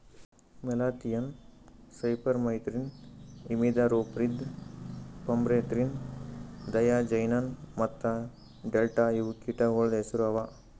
malathion, cypermethrin, imidacloprid, permethrin, diazinon ಮತ್ತ delta ಇವು ಕೀಟಗೊಳ್ದು ಹೆಸುರ್ ಅವಾ